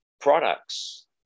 products